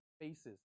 faces